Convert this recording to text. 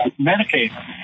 Medicaid